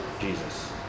jesus